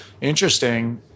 interesting